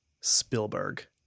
Spielberg